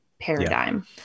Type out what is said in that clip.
paradigm